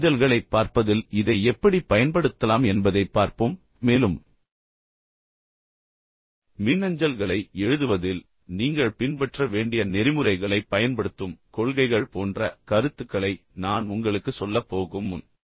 மின்னஞ்சல்களைப் பார்ப்பதில் இதை எப்படிப் பயன்படுத்தலாம் என்பதைப் பார்ப்போம் மேலும் மின்னஞ்சல்களை எழுதுவதில் நீங்கள் பின்பற்ற வேண்டிய நெறிமுறைகளைப் பயன்படுத்தும் கொள்கைகள் போன்ற கருத்துக்களை நான் உங்களுக்குச் சொல்லப் போகும் முன்